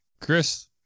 Chris